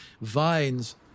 vines